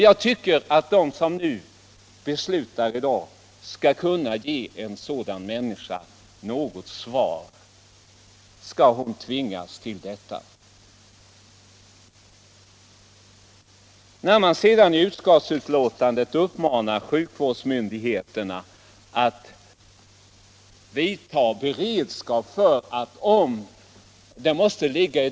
Jag tycker att de som i dag avslår motionerna skall kunna ge en sådan människa något svar. Skall hon tvingas till detta? I utskottsbetänkandet uppmanar man sjukvårdsmyndigheterna att ha — Nr 36 beredskap.